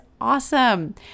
awesome